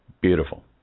Beautiful